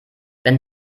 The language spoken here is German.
wenn